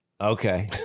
Okay